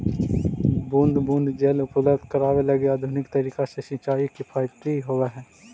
बूंद बूंद जल उपलब्ध करावे लगी आधुनिक तरीका से सिंचाई किफायती होवऽ हइ